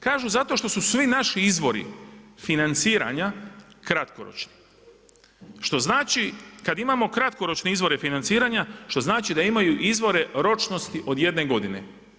Kažu zato što su svi naši izvori financiranja kratkoročni, što znači kad imamo kratkoročne izvore financiranja, što znači da imaju izvore ročnosti od jedne godine.